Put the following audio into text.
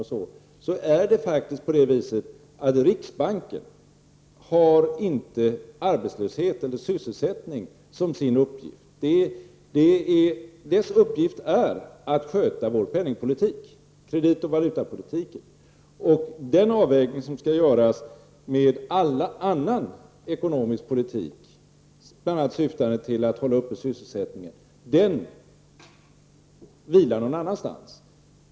Men det är faktiskt på det sättet att riksbanken inte har sysselsättningen som sin uppgift. Dess uppgift är att sköta vår penningpolitik, kreditoch valutapolitiken. Den avvägning som skall göras med all annan ekonomisk politik, bl.a. syftande till att hålla uppe sysselsättningen, vilar någon annanstans.